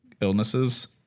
illnesses